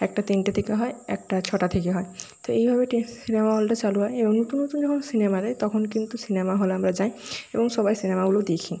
একটা তিনটে থেকে হয় একটা ছটা থেকে হয় তো এইভাবে সিনেমা হলটা চালু হয় এবং নতুন নতুন যখন সিনেমা দেয় তখন কিন্তু সিনেমা হল আমরা যাই এবং সবাই সিনেমাগুলো দেখি